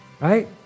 right